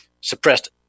suppressed